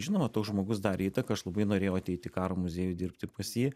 žinoma toks žmogus darė įtaką aš labai norėjau ateit į karo muziejų dirbti pas jį